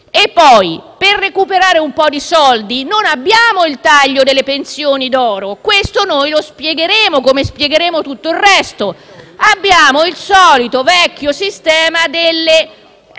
Per recuperare poi un po' di soldi, non abbiamo il taglio delle pensioni d'oro (questo lo spiegheremo, come spiegheremo tutto il resto), ma abbiamo il solito vecchio sistema del